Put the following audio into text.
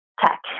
tech